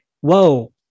whoa